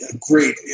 great